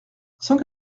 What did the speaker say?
cent